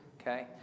okay